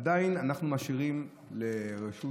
עדיין אנחנו משאירים לרשות